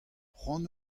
cʼhoant